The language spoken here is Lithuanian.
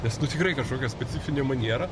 nes nu tikrai kažkokia specifinė maniera